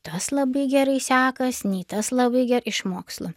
tas labai gerai sekas nei tas labai gerai iš mokslo